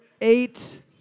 eight